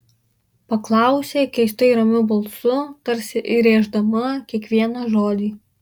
paklausė keistai ramiu balsu tarsi įrėždama kiekvieną žodį